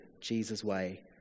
Jesus-way